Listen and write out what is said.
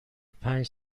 پنج